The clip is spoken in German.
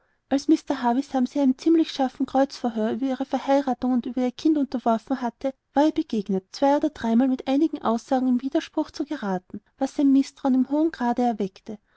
als mr havisham sie einem ziemlich scharfen kreuzverhör über ihre verheiratung und über ihr kind unterworfen hatte war ihr begegnet zwei oder dreimal mit ihren eignen aussagen in widerspruch zu geraten was sein mißtrauen in hohem grade erweckte